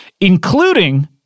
including